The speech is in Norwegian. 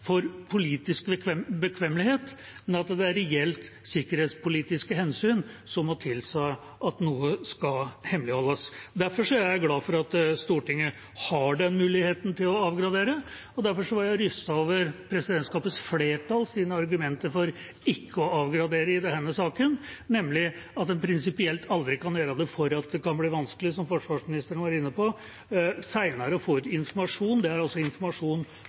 for politisk bekvemmelighet, men at det er reelle sikkerhetspolitiske hensyn som må tilsi at noe skal hemmeligholdes. Derfor er jeg glad for at Stortinget har muligheten til å avgradere, og derfor var jeg rystet over presidentskapets flertalls argumenter for ikke å avgradere i denne saken, nemlig at en prinsipielt aldri kan gjøre det fordi det kan bli vanskelig, som forsvarsministeren var inne på, seinere å få ut informasjon. Det er altså informasjon